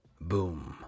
Boom